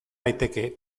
daiteke